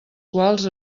quals